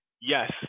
yes